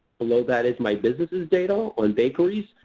below that is my businesses data on bakeries.